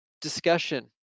discussion